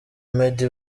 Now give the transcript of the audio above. meddy